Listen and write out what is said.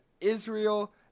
Israel